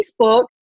Facebook